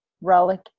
Relic